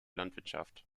landwirtschaft